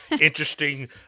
interesting